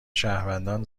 شهروندان